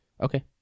Okay